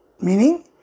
meaning